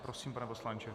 Prosím, pane poslanče.